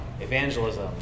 evangelism